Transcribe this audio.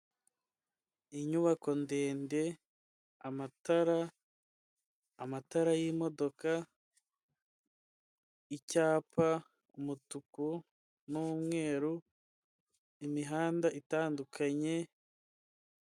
Inyubako ndende, amatara, amatara y'imodoka, icyapa, umutuku n'umweru, imihanda itandukanye.